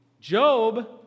Job